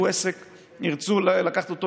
יפתחו עסק,